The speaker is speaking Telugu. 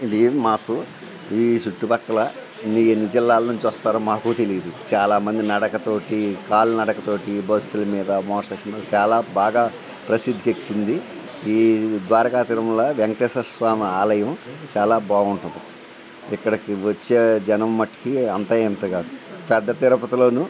ఇది మాకు ఈ చుట్టుపక్కల ఎన్ని జిల్లాల నుంచి వస్తారో మాకూ తెలియదు చాలామంది నడకతోటి కాలి నడకతోటి బస్సుల మీద మోటార్ సైకిల్ మీద చాలా బాగా ప్రసిద్దికెక్కింది ఈ ద్వారకా తిరుమల వెంకటేశ్వర స్వామి ఆలయం చాలా బాగుంటుంది ఇక్కడికి వచ్చే జనం మట్టికి అంతా ఇంతా కాదు పెద్ద తిరుపతిలోనూ